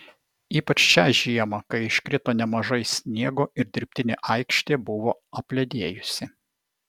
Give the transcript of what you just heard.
ypač šią žiemą kai iškrito nemažai sniego ir dirbtinė aikštė buvo apledėjusi